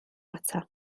data